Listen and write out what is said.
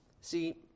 See